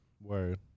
Word